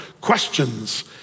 questions